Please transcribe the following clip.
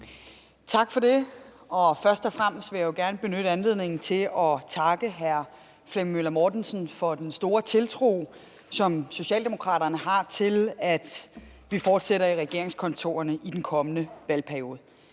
Tak for det. Først og fremmest vil jeg jo gerne benytte anledningen til at takke hr. Flemming Møller Mortensen for den store tiltro, som Socialdemokraterne har til, at vi fortsætter i regeringskontorerne i den kommende valgperiode.